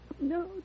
No